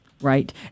Right